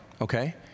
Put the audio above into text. Okay